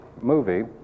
movie